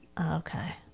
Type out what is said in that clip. Okay